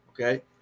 Okay